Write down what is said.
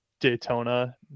Daytona